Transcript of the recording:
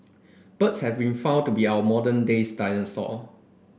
birds have been found to be our modern days dinosaur